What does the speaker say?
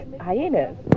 hyenas